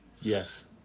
Yes